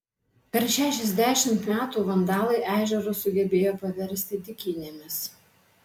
per šešiasdešimt metų vandalai ežerus sugebėjo paversti dykynėmis